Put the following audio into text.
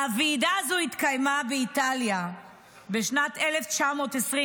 הוועידה הזו התקיימה באיטליה בשנת 1920,